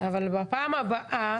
אבל בפעם הבאה